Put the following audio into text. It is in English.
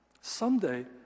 someday